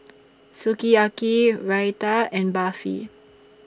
Sukiyaki Raita and Barfi